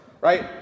right